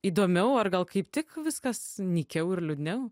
įdomiau ar gal kaip tik viskas nykiau ir liūdniau